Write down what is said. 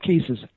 cases